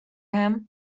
him